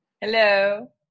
Hello